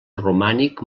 romànic